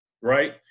right